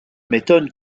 m’étonne